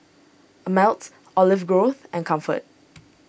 Ameltz Olive Grove and Comfort